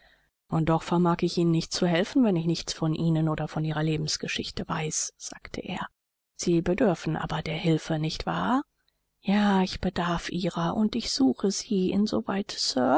und doch vermag ich ihnen nicht zu helfen wenn ich nichts von ihnen oder von ihrer lebensgeschichte weiß sagte er sie bedürfen aber der hilfe nicht wahr ja ich bedarf ihrer und ich suche sie insoweit